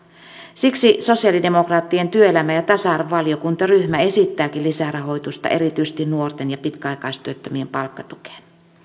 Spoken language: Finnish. siksi sosialidemokraattien työelämä ja tasa arvovaliokuntaryhmä esittääkin lisärahoitusta erityisesti nuorten ja pitkäaikaistyöttömien palkkatukeen